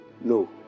No